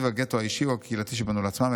הגטו האישי או הקהילתי שבנו לעצמם,